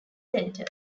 center